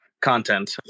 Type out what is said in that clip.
content